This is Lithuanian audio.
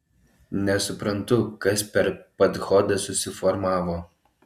nesuprantu kas per padchodas susiformavo